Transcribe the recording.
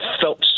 felt